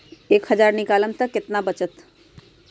एक हज़ार निकालम त कितना वचत?